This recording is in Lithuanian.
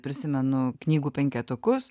prisimenu knygų penketukus